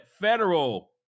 federal